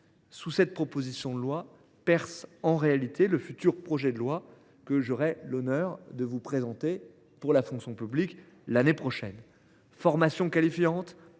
Sous cette proposition de loi perce en réalité le projet de loi que j’aurai l’honneur de vous présenter pour la fonction publique l’année prochaine. Formation qualifiante,